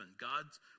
God's